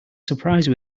surprise